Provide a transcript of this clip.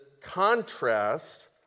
contrast